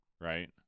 right